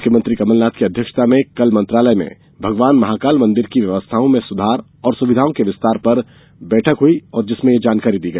मुख्यमंत्री कमलनाथ की अध्यक्षता में कल मंत्रालय में भगवान महाकाल मंदिर की व्यवस्थाओं में सुधार और सुविधाओं के विस्तार पर हुई बैठक में यह बताया गया